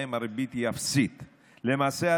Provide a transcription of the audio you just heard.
שבהם הריבית היא אפסית למעשה,